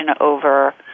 over